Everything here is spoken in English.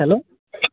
hello